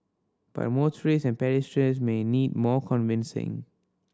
but motorists and pedestrians may need more convincing